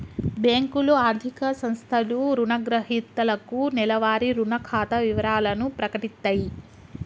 బ్యేంకులు, ఆర్థిక సంస్థలు రుణగ్రహీతలకు నెలవారీ రుణ ఖాతా వివరాలను ప్రకటిత్తయి